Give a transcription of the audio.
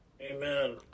Amen